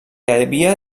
havia